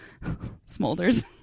smolders